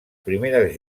primeres